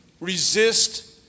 resist